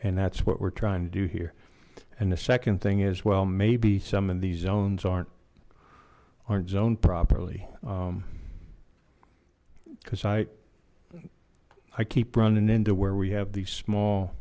and that's what we're trying to do here and the second thing is well maybe some of these zones aren't aren't zoned properly because i i keep running into where we have these small